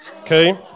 Okay